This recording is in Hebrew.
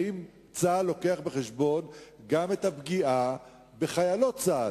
האם צה"ל מביא בחשבון גם את הפגיעה בחיילות צה"ל?